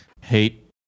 Hate